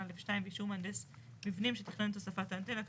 (א)(2) ואישור מהנדס מבנים שתכנן את הוספת האנטנה,